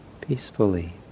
peacefully